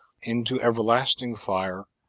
into everlasting fire,